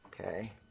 Okay